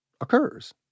occurs